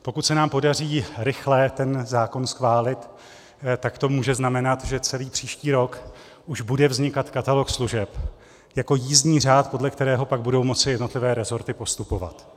Pokud se nám podaří rychle ten zákon schválit, tak to může znamenat, že celý příští rok už bude vznikat katalog služeb jako jízdní řád, podle kterého pak budou moci jednotlivé resorty postupovat.